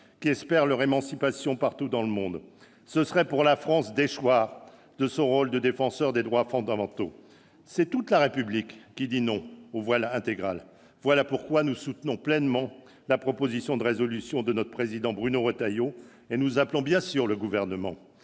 qui espèrent leur émancipation partout dans le monde. Ce serait pour la France déchoir de son rôle de défenseur des droits fondamentaux. C'est toute la République qui dit non au voile intégral. Voilà pourquoi nous soutenons pleinement la proposition de résolution de notre président Bruno Retailleau, et nous appelons, bien sûr, le Gouvernement